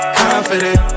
confident